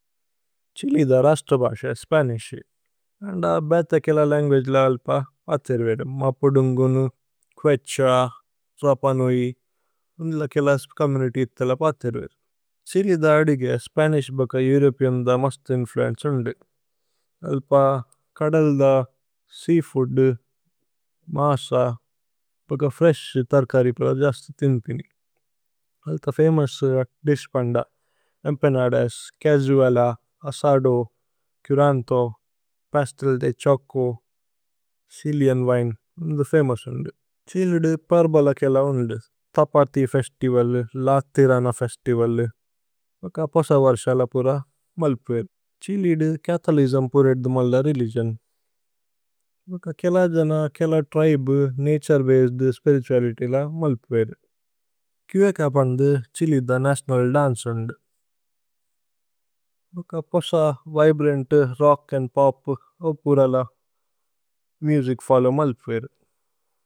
Chile ദ രസ്തബസ, Spanish and ബേഥ കേല ലന്ഗുഅഗേ ല അല്പ പതിര് വേരു മപുദുന്ഗുനു, ക്വേഛ, ത്രപനോഇ ഉന്ദില കേല ചോമ്മുനിത്യ് ഇഥേല പതിര് വേരു ഛിലേ ദ അദിഗേ സ്പനിശ് ബക ഏഉരോപേഅന്ദ മസ്തു ഇന്ഫ്ലുഏന്ചേ ഉന്ദു അല്പ കദല്ദ, സേഅഫൂദ്, മസ, ബക ഫ്രേശ് തര്കരിപില ജസ്തു ഥിനിപിനി അല്ത ഫമോഉസ് ദിശ് പന്ദ empanadas, cazuela, asado, curanto, pastel de ഛോചോ, ഛിലേഅന് വിനേ ഉന്ദു ഫമോഉസ് ഉന്ദു ഛിലേ ദു പര്ബല കേല ഉന്ദു തപതി ഫേസ്തിവല്, ലതിരന ഫേസ്തിവല് ബക പോസ വര്സല പുര മല്പു വേരു ഛിലേ ദു കഥോലിജമ് പുര ഇധു മല്ല രേലിഗിഓന് ബക കേല ജന, കേല ത്രിബേ, നതുരേ ബസേദ് സ്പിരിതുഅലിത്യ് ല മല്പു വേരു ക്വേഛ പന്ദു, ഛിലേ ദ നതിഓനല് ദന്ചേ ഉന്ദു ബക പോസ വിബ്രന്ത്, രോച്ക് അന്ദ് പോപ്, അപുര ല മുസിച് ഫോല്ലോവ് മല്പു വേരു।